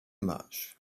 much